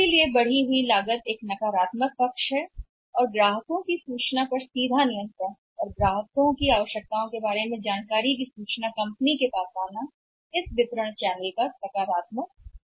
तो बढ़ी हुई लागत सूचना और ऋण पर नकारात्मक भाग और प्रत्यक्ष नियंत्रण है ग्राहकों की आवश्यकताओं को ग्राहक से निर्देशक जानकारी के रूप में कंपनी को आती है वितरण के चैनलों का सिर्फ एक सकारात्मक हिस्सा